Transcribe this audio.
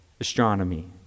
astronomy